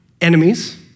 enemies